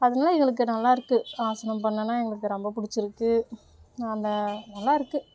அதெல்லாம் எங்களுக்கு நல்லா இருக்குது ஆசனம் பண்ணிணோன்னா எங்களுக்கு ரொம்ப பிடிச்சிருக்கு அந்த நல்லா இருக்குது